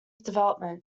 development